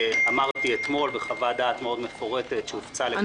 אמרתי אתמול בחוות דעת מאוד מפורטת שהופצה לכל חברי הכנסת.